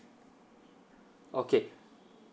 okay